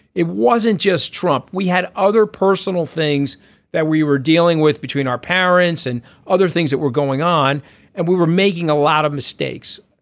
it wasn't just trump we had other personal things that we were dealing with between our parents and other things that were going on and we were making a lot of mistakes.